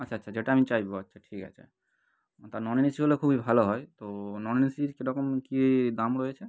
আচ্ছা আচ্ছা যেটা আমি চাইবো আচ্ছা ঠিক আছে তা নন এসি হলে খুবই ভালো হয় তো নন এসির কীরকম কী দাম রয়েছে